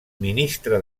ministre